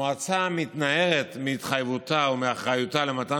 המועצה מתנערת מהתחייבותה ומאחריותה למתן